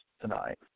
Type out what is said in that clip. tonight